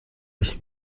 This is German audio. ich